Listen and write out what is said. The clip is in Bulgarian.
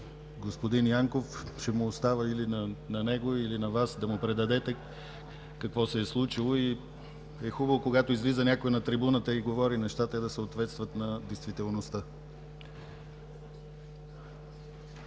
Господин Янков, ще оставя или на него, или на Вас да му предадете какво се е случило и е хубаво, когато излиза някой на трибуната и говори неща, те да съответстват на действителността.